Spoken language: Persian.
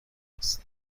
هست